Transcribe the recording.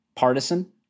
partisan